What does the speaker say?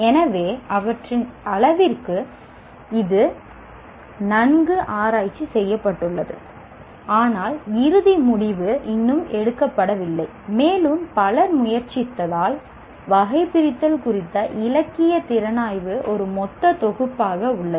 எனவே அவற்றின் அளவிற்கு இது நன்கு ஆராய்ச்சி செய்யப்பட்டுள்ளது ஆனால் இறுதி முடிவு இன்னும் எடுக்கப்படவில்லை மேலும் பலர் முயற்சித்ததால் வகைபிரித்தல் குறித்த இலக்கிய திறனாய்வு ஒரு மொத்த தொகுப்பாக உள்ளது